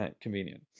convenient